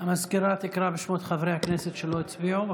המזכירה תקרא בשמות חברי הכנסת שלא הצביעו.